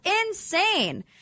insane